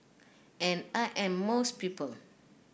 and I am most people